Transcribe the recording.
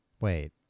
Wait